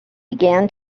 began